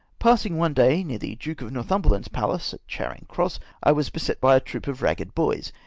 passing one day near the duke of northumberland's palace at charing-cross, i was beset by a troop of ragged boys,